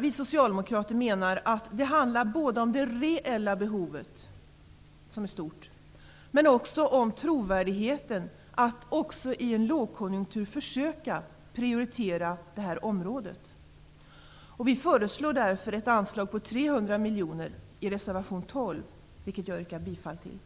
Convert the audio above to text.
Vi socialdemokrater menar att det hela handlar både om det reella behovet -- som är stort-- och om trovärdigheten i att också i en lågkonjunktur försöka prioritera. Vi föreslår ett anslag på 300 miljoner kronor i reservation 12, vilken jag yrkar bifall till.